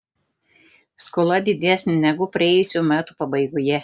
skola didesnė negu praėjusių metų pabaigoje